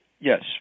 Yes